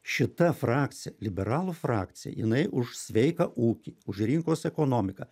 šita frakcija liberalų frakcija jinai už sveiką ūkį už rinkos ekonomiką